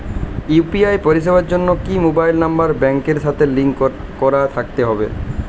UPI পরিষেবার জন্য কি মোবাইল নাম্বার ব্যাংকের সাথে লিংক করা থাকতে হবে?